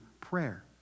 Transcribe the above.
prayer